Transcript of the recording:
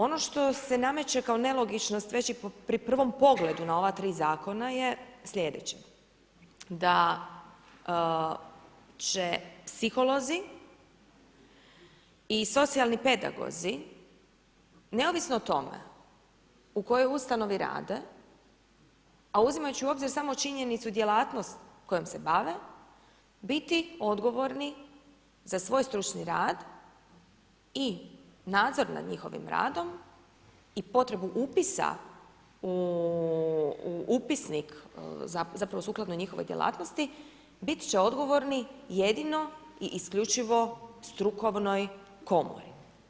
Ono što se nameće kao nelogičnost, već i pri prvom pogledu na ova 3 zakona je sljedeće, da će psiholozi i socijalni pedagozi, neovisno o tome, u kojoj ustanovi rade, a uzimajući u obzir samo činjenicu djelatnost kojom se bave biti odgovorni za svoj stručni rad i nadzor nad njihovim radom i potrebu upisa u upisnik zapravo sukladno njihovoj djelatnosti, biti će odgovorni jedino i isključivo strukturnoj komori.